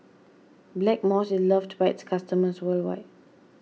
Blackmores is loved by its customers worldwide